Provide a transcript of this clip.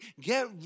Get